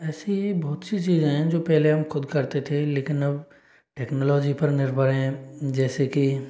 ऐसी बहुत सी चीजे हैं जो पहले हम खुद करते थे लेकिन अब टेक्नोलॉजी पर निर्भर हैं जैसे कि